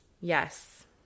Yes